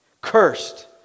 Cursed